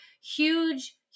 huge